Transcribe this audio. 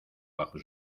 bajo